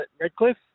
Redcliffe